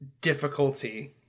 difficulty